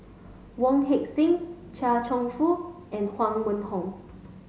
Wong Heck Sing Chia Cheong Fook and Huang Wenhong